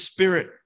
Spirit